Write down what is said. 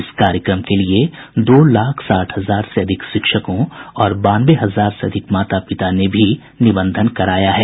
इस कार्यक्रम के लिए दो लाख साठ हजार से अधिक शिक्षकों और बानवे हजार से अधिक माता पिता ने भी पंजीकरण कराया है